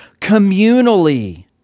communally